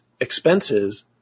expenses